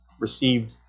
received